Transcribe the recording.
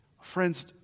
Friends